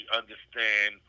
understand